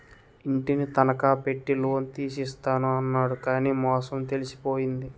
ఇంటిని తనఖా పెట్టి లోన్ తీసి ఇస్తాను అన్నాడు కానీ మోసం తెలిసిపోయింది